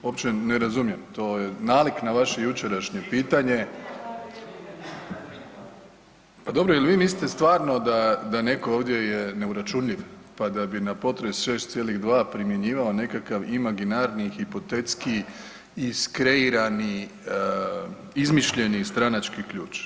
Uopće ne razumijem, to je nalik na vaše jučerašnje pitanje …… [[Upadica sa strane, ne razumije se.]] Pa dobro jel vi mislite stvarno da neko ovdje je neuračunljiv pa da bi na potres 6,2 primjenjivao nekakav imaginarni, hipotetski, iskreirani, izmišljeni stranački ključ?